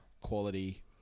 Quality